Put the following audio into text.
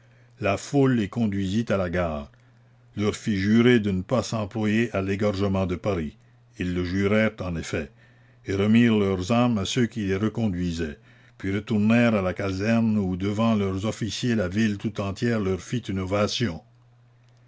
la foule les conduisit à la gare leur fit jurer de ne pas la commune s'employer à l'égorgement de paris ils le jurèrent en effet et remirent leurs armes à ceux qui les reconduisaient puis retournèrent à la caserne où devant leurs officiers la ville tout entière leur fit une